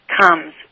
comes